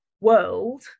world